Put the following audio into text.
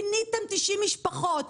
פיניתם תשעים משפחות,